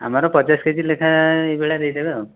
ଆମର ପଚାଶ କେଜି ଲେଖାଁ ଏ ଭଳିଆ ଦେଇଦେବେ